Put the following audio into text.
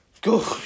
Go